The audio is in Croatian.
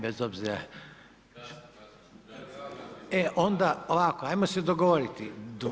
Bez obzira, e onda ovako, hajmo se dogovoriti.